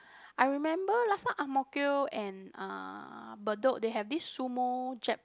I remember last time Ang-Mo-Kio and uh Bedok they have this sumo jap